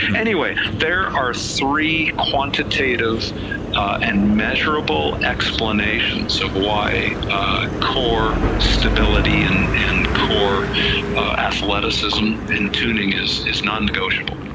and anyway there are three quantitative and measurable explanations of why core stability and and core athleticism and tuning is is nonnegotiable.